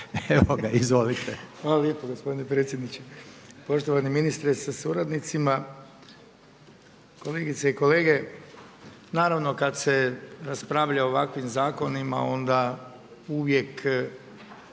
Branko (HDS)** Hvala lijepo gospodine predsjedniče, poštovani ministre sa suradnicima, kolegice i kolege. Naravno kad se raspravlja o ovakvim zakonima onda uvijek